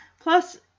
Plus